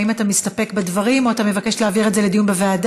האם אתה מסתפק בדברים או אתה מבקש להעביר את זה לדיון בוועדה?